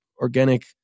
organic